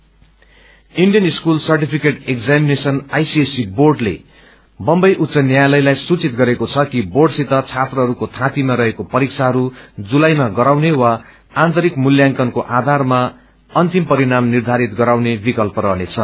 ICSE council for Indian school certificate examination CISCE बोर्डले बम्बई उच्च न्यायालयलाई सूचित गरेको छ कि बोर्डसित छात्रहरूको थाँतीमा रहेको परीक्षाहरू जुलाईमा गराउने वा आन्तरिक मूल्यांकनको आधारमा अन्तिम परिणाम निर्धारित गराउने विकल्प रहनेछ